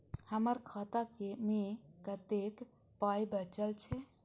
हमर खाता मे कतैक पाय बचल छै